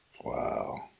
Wow